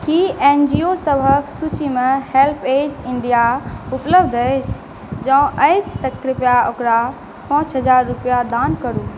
कि N G O सबके सूचीमे हेल्पऐज इण्डिया उपलब्ध अछि जँ अछि तऽ कृपया ओकरा पाँच हजार रुपैआ दान करू